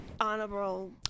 honorable